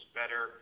better